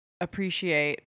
appreciate